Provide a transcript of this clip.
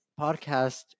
podcast